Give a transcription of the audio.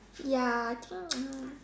ya I think mm